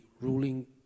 ruling